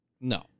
No